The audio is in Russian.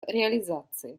реализации